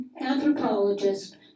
anthropologist